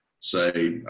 say